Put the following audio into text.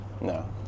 No